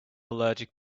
allergic